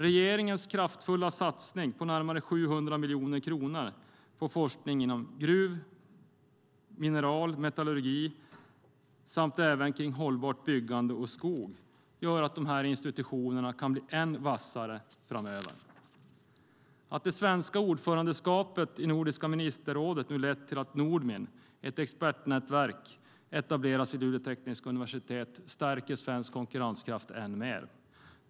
Regeringens kraftfulla satsning med närmare 700 miljoner kronor på forskning inom gruv och mineralnäringen, metallurgi, hållbart byggande och skogsnäringen gör att dessa institutioner kan bli ännu vassare framöver. Att det svenska ordförandeskapet i Nordiska ministerrådet lett till att Nordmin, ett expertnätverk, etableras vid Luleå tekniska universitet stärker svensk konkurrenskraft ännu mer.